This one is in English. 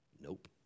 nope